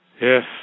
Yes